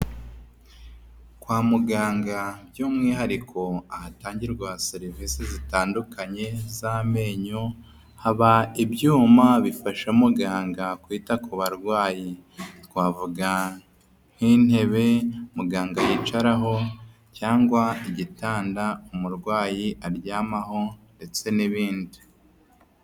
Kwa muganga by'umwihariko ahatangirwa serivisi zitandukanye z'amenyo, haba ibyuma bifasha muganga kwita ku barwayi twavuga nk'intebe muganga yicaraho cyangwa igitanda umurwayi aryamaho ndetse n'ibindi.